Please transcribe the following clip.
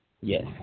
Yes